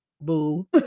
boo